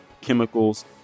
chemicals